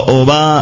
over